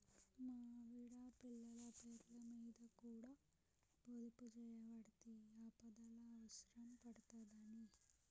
మా ఆవిడ, పిల్లల పేర్లమీద కూడ పొదుపుజేయవడ్తి, ఆపదల అవుసరం పడ్తదని